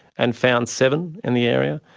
and found seven in the area.